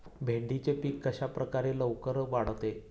भेंडीचे पीक कशाप्रकारे लवकर वाढते?